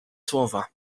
słowa